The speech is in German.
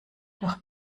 doch